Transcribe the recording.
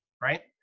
right